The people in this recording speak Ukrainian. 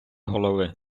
голови